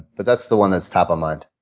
but that's the one that's top of mind.